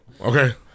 Okay